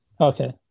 Okay